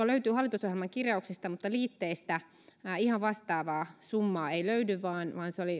löytyy hallitusohjelman kirjauksista mutta liitteistä ihan vastaavaa summaa ei löydy vaan